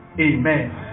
Amen